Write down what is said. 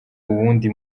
uwundi